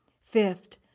Fifth